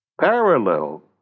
parallel